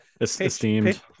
esteemed